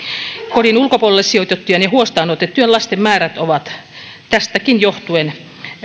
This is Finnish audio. kodin ulkopuolelle sijoitettujen ja huostaanotettujen lasten määrät ovat tästäkin johtuen